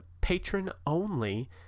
patron-only